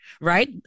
right